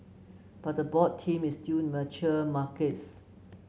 but the board theme is still mature markets